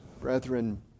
Brethren